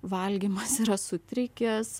valgymas yra sutrikęs